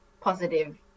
positive